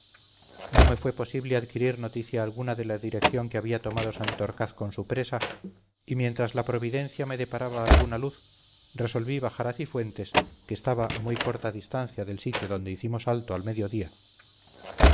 no me fue posible adquirir noticia alguna de la dirección que había tomado santorcaz con su presa y mientras la providencia me deparaba alguna luz resolví bajar a cifuentes que estaba a muy corta distancia del sitio donde hicimos alto al medio